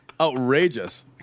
outrageous